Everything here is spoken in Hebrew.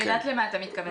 אני יודעת למה אתה מתכוון.